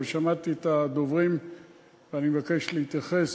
אבל שמעתי את הדוברים ואני מבקש להתייחס.